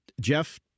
Jeff